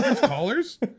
callers